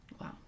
Wow